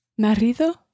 Marido